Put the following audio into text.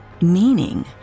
Meaning